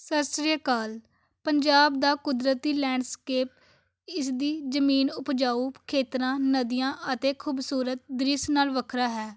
ਸਤਿ ਸ਼੍ਰੀ ਅਕਾਲ ਪੰਜਾਬ ਦਾ ਕੁਦਰਤੀ ਲੈਂਡਸਕੇਪ ਇਸਦੀ ਜਮੀਨ ਉਪਜਾਊ ਖੇਤਰਾਂ ਨਦੀਆਂ ਅਤੇ ਖੂਬਸੂਰਤ ਦ੍ਰਿਸ਼ ਨਾਲ ਵੱਖਰਾ ਹੈ